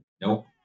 Nope